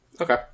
Okay